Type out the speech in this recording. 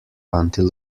until